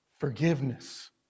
forgiveness